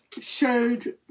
showed